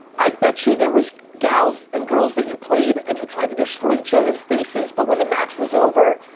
i bet you there was gals and girls that you played and you tried to destroy each others faces but when the match was over,